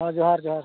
ᱦᱚᱸ ᱡᱚᱦᱟᱨ ᱡᱚᱦᱟᱨ